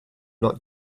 not